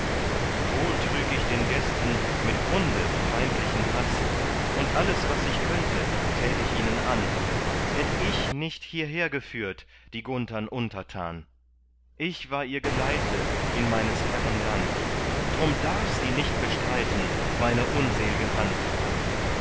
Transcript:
wohl trüg auch ich den gästen mit grunde feindlichen haß und alles was ich könnte tät ich ihnen an hätt ich nicht hierher geführt die gunthern untertan ich war ihr geleite in meines herren land drum darf sie nicht bestreiten meine unselge hand